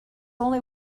only